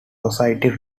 society